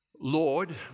Lord